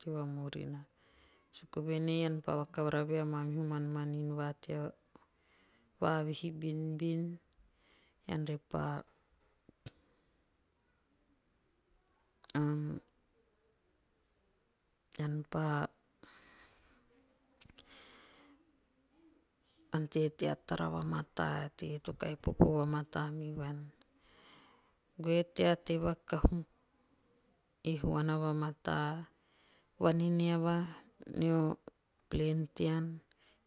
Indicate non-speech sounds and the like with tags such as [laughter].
Teo vamurina suku voen ei ean pa vakavara vue amamihu manmanin va tea vavihi binbin. ean repa amm [hesitation] ean pa ante tea tara vamataa e teie to kahi vamataa. vaneanava neo'plantean.